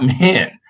man